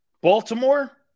Baltimore